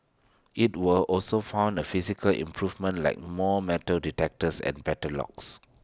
IT will also fund the physical improvements like more metal detectors and better locks